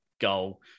goal